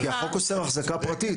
כי החוק אוסר החזקה פרטית,